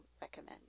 recommend